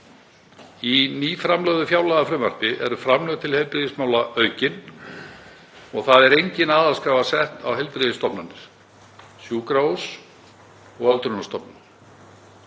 Í nýframlögðu fjárlagafrumvarpi eru framlög til heilbrigðismála aukin og það er engin aðhaldskrafa sett á heilbrigðisstofnanir, sjúkrahús og öldrunarstofnanir.